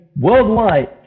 worldwide